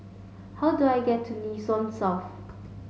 how do I get to Nee Soon South